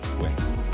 wins